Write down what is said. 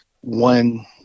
one